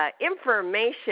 information